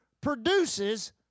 produces